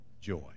joy